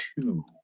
two